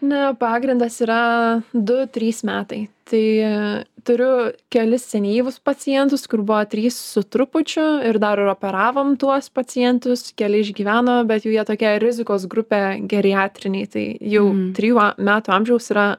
niu pagrindas yra du trys metai tai turiu kelis senyvus pacientus kur buvo trys su trupučiu ir dar ir operavom tuos pacientus keli išgyveno bet jau jie tokie rizikos grupė geriatriniai tai jau trijų metų amžiaus yra